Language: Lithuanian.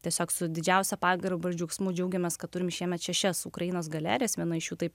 tiesiog su didžiausia pagarba ir džiaugsmu džiaugiamės kad turime šiemet šešias ukrainos galerijas viena iš taip